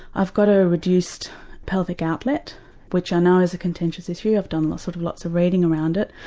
i've got a reduced pelvic outlet which i know is a contentious issue i've done lots sort of lots of reading around it.